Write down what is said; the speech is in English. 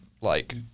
like-